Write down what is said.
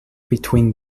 between